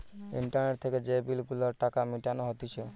internet থেকে যে bill গুলার টাকা মিটানো হতিছে